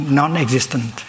non-existent